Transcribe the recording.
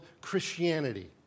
Christianity